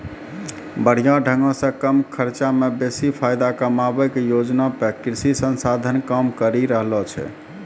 बढ़िया ढंगो से कम खर्चा मे बेसी फायदा कमाबै के योजना पे कृषि संस्थान काम करि रहलो छै